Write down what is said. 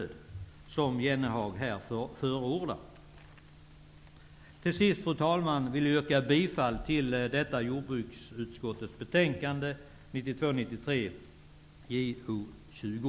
Det är ju vad Jan Jennehag här förordar. Till sist, fru talman, vill jag yrka bifall till utskottets hemställan i detta betänkande, 1992/93:JoU20.